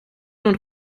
und